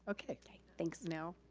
okay. thanks. now,